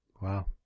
Wow